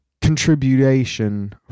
contribution